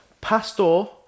Pastor